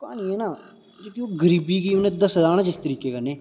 ओह् कहानियां ना जेह्की ओह् गरीबी गी दस्सेआ ना करीबी कन्नै